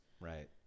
Right